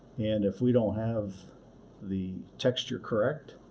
and if we don't have the texture correct,